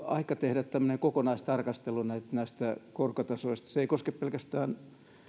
aika tehdä tämmöinen kokonaistarkastelu näistä korkotasoista se ei koske pelkästään